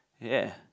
ya